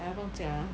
哎呀不用紧啦